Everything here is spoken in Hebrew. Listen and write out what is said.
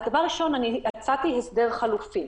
דבר ראשון אני הצעתי הסדר חלופי.